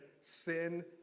sin